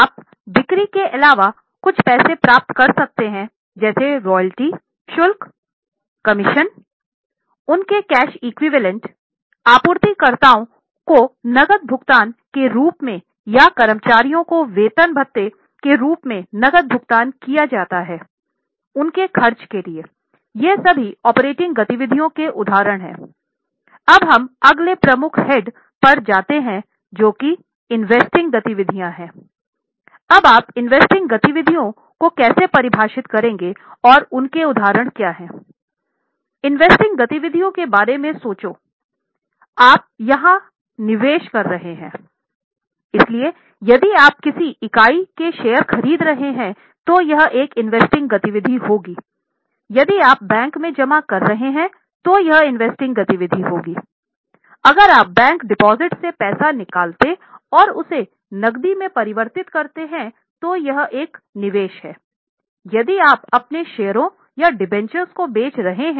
आप बिक्री के अलावा कुछ पैसे प्राप्त कर सकते हैं जैसे रॉयल्टी शुल्क कमीशन उनके कैश एक्विवैलेंट्स आपूर्तिकर्ताओं को नकद भुगतान के रूप में या कर्मचारियों को वेतन भत्ते गतिविधियों को कैसे परिभाषित करेंगे और उनके उदाहरण क्या हैं